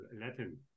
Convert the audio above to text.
Latin